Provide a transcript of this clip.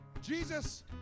Jesus